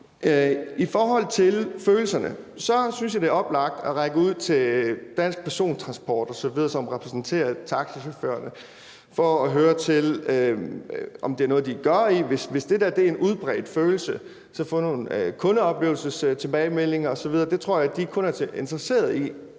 I forhold til følelserne synes jeg, det er oplagt at række ud til DanskPerson Transport osv., som repræsenterer taxachaufførerne, for at høre dem, om det er noget, de kender til, og, hvis det er en udbredt følelse, så få nogle kundeoplevelsestilbagemeldinger osv. Det tror jeg kun de er interesserede i,